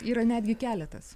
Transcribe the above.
yra netgi keletas